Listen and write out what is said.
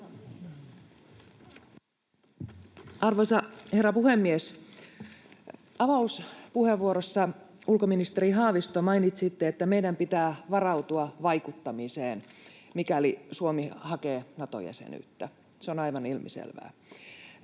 Arvoisa herra puhemies! Avauspuheenvuorossa, ulkoministeri Haavisto, mainitsitte, että meidän pitää varautua vaikuttamiseen, mikäli Suomi hakee Nato-jäsenyyttä. Se on aivan ilmiselvää.